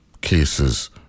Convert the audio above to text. cases